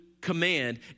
command